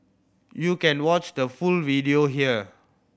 you can watch the full video here